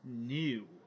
new